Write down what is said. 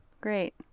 great